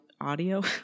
audio